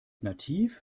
nativ